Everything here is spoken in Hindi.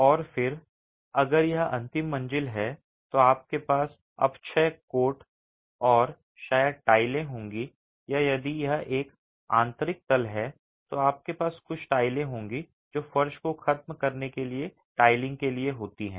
और फिर अगर यह अंतिम मंजिल है तो आपके पास अपक्षय कोट और शायद टाइलें होंगी या यदि यह एक आंतरिक तल है तो आपके पास कुछ टाइलें होंगी जो फर्श को ख़त्म करने के लिए टाइलिंग के लिए होती हैं